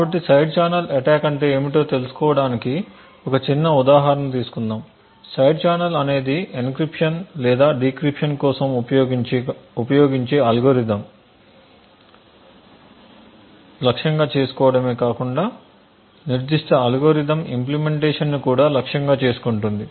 కాబట్టి side channel attack అంటే ఏమిటో తెలుసుకోవడానికి ఒక చిన్న ఉదాహరణ తీసుకుందాము సైడ్ ఛానల్ అనేది ఎన్క్రిప్షన్ లేదా డిక్రిప్షన్ కోసం ఉపయోగించే అల్గోరిథంను లక్ష్యంగా చేసుకోవడమే కాకుండా నిర్దిష్ట అల్గోరిథం ఇంప్లీమెంటేషన్ను కూడా లక్ష్యంగా చేసుకుంటుంది